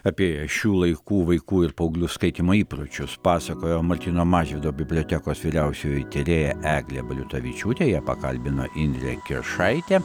apie šių laikų vaikų ir paauglių skaitymo įpročius pasakojo martyno mažvydo bibliotekos vyriausioji tyrėja eglė baliutavičiūtė ją pakalbino indrė kiršaitė